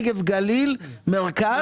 נגב גליל מרכז,